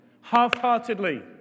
half-heartedly